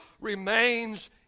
remains